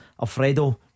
Alfredo